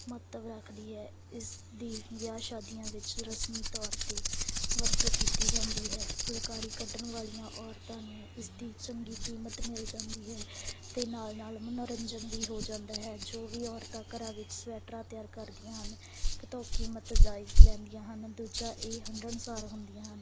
ਮਹੱਤਵ ਰੱਖਦੀ ਹੈ ਇਸ ਦੀ ਵਿਆਹ ਸ਼ਾਦੀਆਂ ਵਿੱਚ ਰਸਮੀ ਤੌਰ 'ਤੇ ਵਰਤੋਂ ਕੀਤੀ ਜਾਂਦੀ ਹੈ ਫੁਲਕਾਰੀ ਕੱਢਣ ਵਾਲੀਆਂ ਔਰਤਾਂ ਨੂੰ ਇਸਦੀ ਚੰਗੀ ਕੀਮਤ ਮਿਲ ਜਾਂਦੀ ਹੈ ਅਤੇ ਨਾਲ ਨਾਲ ਮਨੋਰੰਜਨ ਵੀ ਹੋ ਜਾਂਦਾ ਹੈ ਜੋ ਵੀ ਔਰਤਾਂ ਘਰਾਂ ਵਿੱਚ ਸਵੈਟਰਾਂ ਤਿਆਰ ਕਰਦੀਆਂ ਹਨ ਇੱਕ ਤਾਂ ਉਹ ਕੀਮਤ ਜਾਇਜ਼ ਲੈਂਦੀਆਂ ਹਨ ਦੂਜਾ ਇਹ ਹੰਢਨਸਾਰ ਹੁੰਦੀਆਂ ਹਨ